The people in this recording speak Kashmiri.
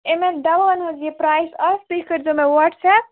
یِمن دواہَن ہُنٛد یہِ پرٛٲیِز آسہِ تُہۍ کٔرۍزیٚو مےٚ واٹٕس ایٚپ